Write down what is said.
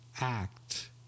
act